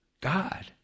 God